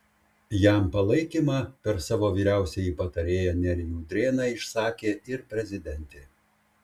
jam palaikymą per savo vyriausiąjį patarėją nerijų udrėną išsakė ir prezidentė